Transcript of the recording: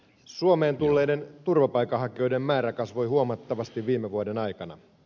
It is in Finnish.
suomeen tulleiden turvapaikanhakijoiden määrä kasvoi huomattavasti viime vuoden aikana